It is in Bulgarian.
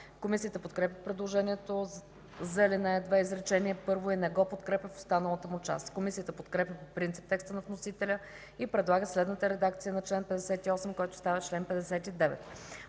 Комисията подкрепя предложението за ал. 2, изречение първо и не го подкрепя в останалата му част. Комисията подкрепя по принцип текста на вносителя и предлага следната редакция на чл. 58, който става чл. 59: